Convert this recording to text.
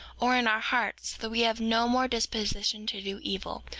or in our hearts, that we have no more disposition to do evil,